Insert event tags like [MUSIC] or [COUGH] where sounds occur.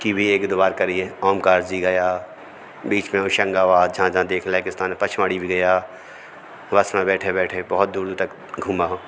की भी एक दो बार करी है आम का [UNINTELLIGIBLE] गया बीच में होशंगाबाद जहाँ जहाँ देख [UNINTELLIGIBLE] पचमढ़ी भी गया बस में बैठे बैठे बहुत दूर दूर तक घुमा हूँ